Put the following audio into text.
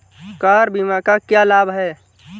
Car बीमा का क्या लाभ है?